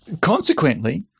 Consequently